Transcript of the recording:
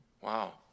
Wow